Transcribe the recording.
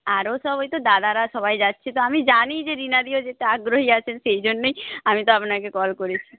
আরও সব ওই তো দাদারা সবাই যাচ্ছে তো আমি জানি যে রীণাদিও যেতে আগ্রহী আছেন সেই জন্যেই আমি তো আপনাকে কল করেছি